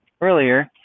earlier